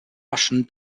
russian